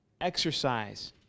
exercise